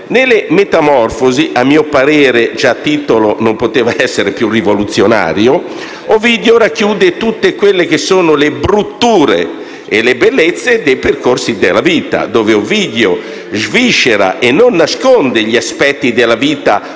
le Metamorfosi (a mio parere già il titolo non poteva essere più rivoluzionario) Ovidio racchiude tutte le brutture e le bellezze dei percorsi della vita. In essa Ovidio sviscera e non nasconde gli aspetti della vita come